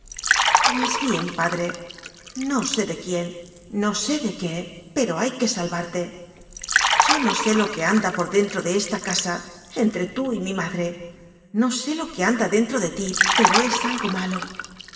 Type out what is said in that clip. pues bien padre no sé de quién no sé de qué pero hay que salvarte yo no sé lo que anda por dentro de esta casa entre tú y mi madre no sé lo que anda dentro de ti pero es algo malo